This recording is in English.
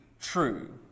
true